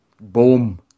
Boom